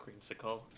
creamsicle